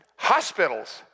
Hospitals